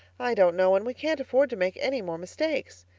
i don't know and we can't afford to make any more mistakes.